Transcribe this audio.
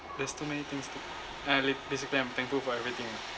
there's too many things to uh l~ basically I'm thankful for everything lah